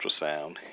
ultrasound